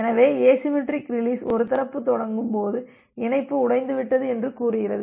எனவே asymmetric release ஒரு தரப்பு தொங்கும் போது இணைப்பு உடைந்துவிட்டது என்று கூறுகிறது